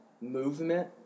movement